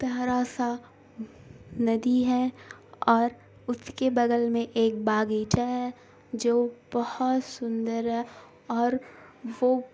پہرا سا ندی ہے اور اس کے بگل میں ایک باغیچہ ہے جو بہت سندر ہے اور وہ